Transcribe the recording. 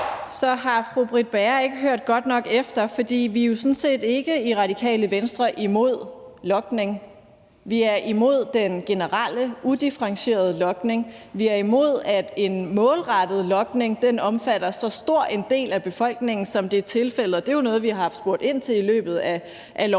Så har fru Britt Bager ikke hørt godt nok efter, for vi er jo sådan set ikke i Radikale Venstre imod logning; vi er imod den generelle, udifferentierede logning; vi er imod, at en målrettet logning omfatter så stor en del af befolkningen, som det er tilfældet. Det er jo noget, som vi har spurgt ind til i løbet af